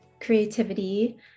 creativity